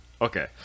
Okay